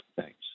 Thanks